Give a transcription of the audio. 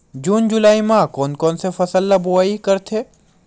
जून जुलाई म कोन कौन से फसल ल बोआई करथे?